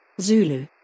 Zulu